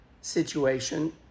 situation